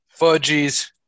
Fudgies